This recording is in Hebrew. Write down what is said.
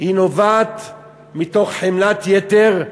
נובעת מתוך חמלת יתר,